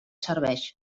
serveix